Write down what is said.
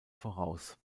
voraus